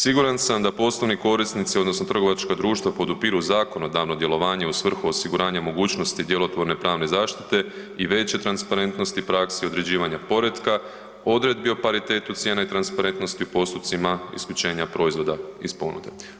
Siguran sam da poslovni korisnici odnosno trgovačka društva podupiru zakonodavno djelovanje u svrhu osiguranja mogućnosti djelotvorne pravne zaštite i veće transparentnosti praksi i određivanja poretka, odredbi o paritetu cijena i transparentnosti u postupcima isključenja proizvoda iz ponude.